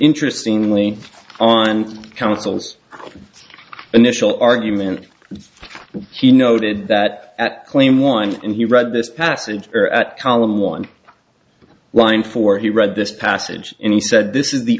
interesting leads on councils initial argument he noted that claim one and he read this passage or at column one line for he read this passage and he said this is the